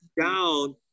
down